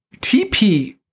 TP